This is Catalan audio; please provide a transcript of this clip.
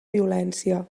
violència